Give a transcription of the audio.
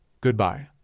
Goodbye